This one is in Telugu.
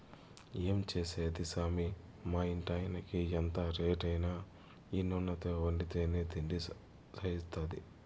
ఏం చేసేది సామీ మా ఇంటాయినకి ఎంత రేటైనా ఈ నూనెతో వండితేనే తిండి సయిత్తాది